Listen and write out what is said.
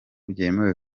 byemewe